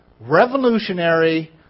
revolutionary